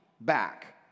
back